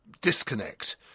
disconnect